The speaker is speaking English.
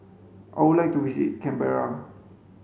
I would like to visit Canberra